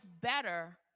better